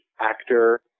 actor